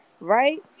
right